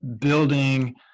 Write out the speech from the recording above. building